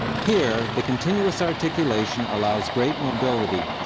here, the continuous articulation allows great mobility,